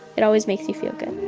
it always makes me feel good.